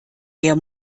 der